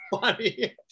funny